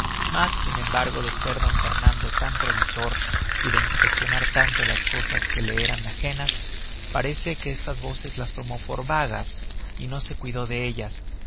mas sin embargo de ser d fernando tan previsor y de inspeccionar tanto las cosas que le eran anejas parece que estas voces las tomó por vagas y no se cuidó de ellas